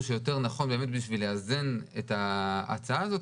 שיותר נכון באמת בשביל לאזן את ההצעה הזאת,